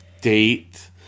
date